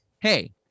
hey